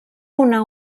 una